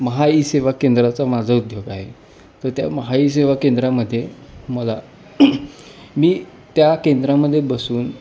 E सेवा केंद्राचा माझा उद्योग आहे तर त्या महाई सेवा केंद्रामध्ये मला मी त्या केंद्रामध्ये बसून